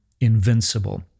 invincible